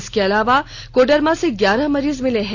इसके अलावा कोडरमा से ग्यारह मरीज मिले हैं